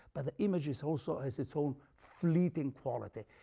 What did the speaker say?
but the image is also has its own fleeting quality.